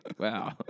wow